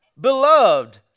beloved